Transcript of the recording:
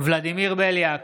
ולדימיר בליאק,